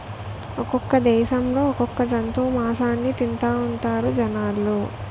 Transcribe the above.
ఒక్కొక్క దేశంలో ఒక్కొక్క జంతువు మాసాన్ని తింతాఉంటారు జనాలు